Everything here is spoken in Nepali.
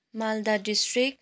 मालदा डिस्ट्रिक्ट